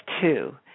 two